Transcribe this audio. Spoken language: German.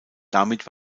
damit